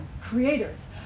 creators